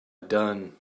done